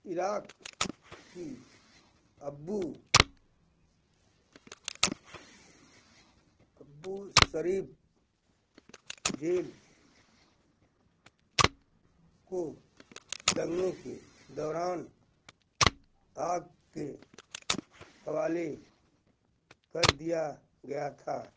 Iraq की Abu Abu Ghraib jail को दंगे के दौरान आग के हवाले कर दिया गया था